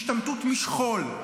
השתמטות משכול,